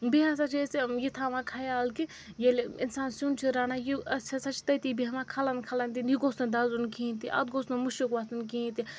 بیٚیہِ ہَسا چھِ أسۍ یہِ تھاوان خَیال کہِ ییٚلہِ اِنسان سیُن چھُ رَنان یہِ أسۍ ہَسا چھِ تٔتی بیٚہوان کھَلَن کھَلَن دِنہِ یہِ گوٚژھ نہٕ دَزُن کِہیٖنۍ تہِ اَتھ گوٚژھ نہٕ مُشُک وۄتھُن کِہیٖنۍ تہِ